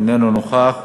איננו נוכח.